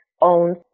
owns